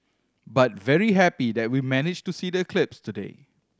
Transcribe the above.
but very happy that we managed to see the eclipse today